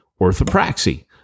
orthopraxy